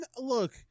Look